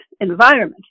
environment